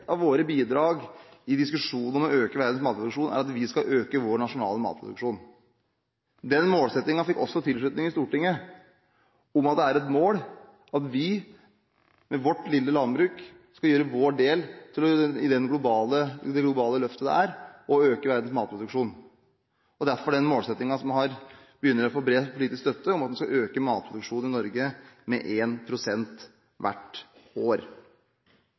av våre bidrag i diskusjonen om å øke verdens matproduksjon er at vi skal øke vår nasjonale matproduksjon. Den målsettingen fikk også tilslutning i Stortinget: Det er et mål at vi, med vårt lille landbruk, skal gjøre vår del i det globale løftet det er å øke verdens matproduksjon – derfor den målsettingen som begynner å få bred politisk støtte, at vi skal øke matproduksjonen i Norge med 1 pst. hvert år.